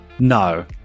no